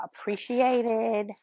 appreciated